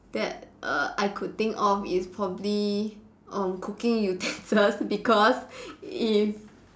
that err I could think of is probably uh cooking utensils because if